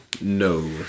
No